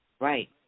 Right